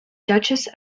duchess